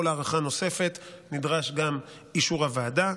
ובכל הארכה נוספת נדרש גם אישור הוועדה.